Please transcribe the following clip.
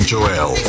Joel